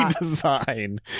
design